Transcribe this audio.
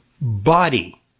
body